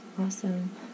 Awesome